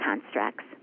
constructs